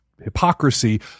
hypocrisy